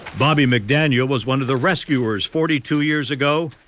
bobby mcdaniel was one of the rescuers forty two years ago.